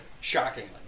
Shockingly